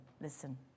listen